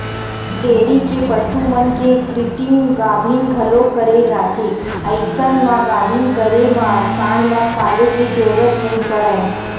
dairy के पसु मन के कृतिम गाभिन घलोक करे जाथे अइसन म गाभिन करे म सांड ल पाले के जरूरत नइ परय